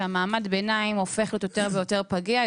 שמעמד הביניים הופך להיות יותר ויותר פגיע,